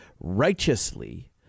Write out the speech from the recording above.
righteously